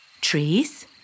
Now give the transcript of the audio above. Trees